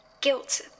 guilt